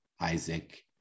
Isaac